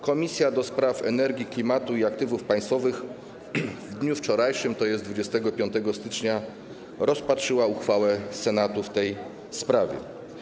Komisja do Spraw Energii, Klimatu i Aktywów Państwowych w dniu wczorajszym, tj. 25 stycznia, rozpatrzyła uchwałę Senatu w tej sprawie.